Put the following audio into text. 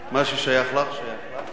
מה ששייך לך, שייך לך.